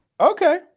okay